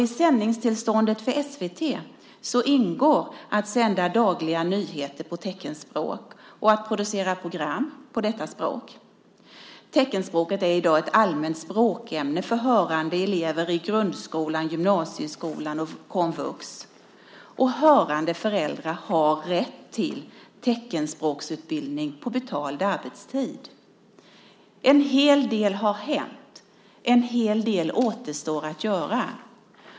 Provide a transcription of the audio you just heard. I sändningstillståndet för SVT ingår att sända dagliga nyheter på teckenspråk och att producera program på detta språk. Teckenspråket är i dag ett allmänt språkämne för hörande elever i grundskolan, gymnasieskolan och på komvux. Hörande föräldrar har rätt till teckenspråksutbildning på betald arbetstid. En hel del har hänt. En hel del återstår att göra.